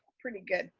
pretty good.